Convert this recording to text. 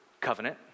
Covenant